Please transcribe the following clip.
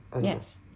Yes